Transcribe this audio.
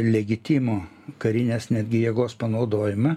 legitimų karinės netgi jėgos panaudojimą